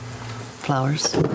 flowers